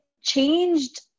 changed